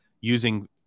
using